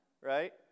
right